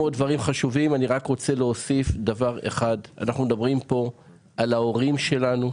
אנחנו מדברים פה על ההורים שלנו,